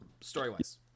story-wise